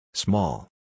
Small